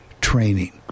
training